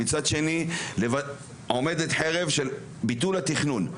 מצד שני עומדת חרב של ביטול התכנון.